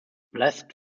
blessed